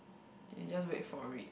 then you just wait for it